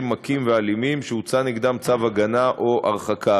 מכים ואלימים שהוצא נגדם צו הגנה או הרחקה.